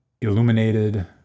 illuminated